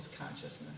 consciousness